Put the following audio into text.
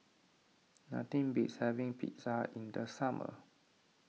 nothing beats having Pizza in the summer